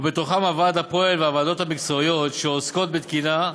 ובתוכם הוועד הפועל והוועדות המקצועיות שעוסקות בתקינה,